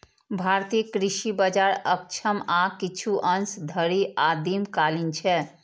भारतीय कृषि बाजार अक्षम आ किछु अंश धरि आदिम कालीन छै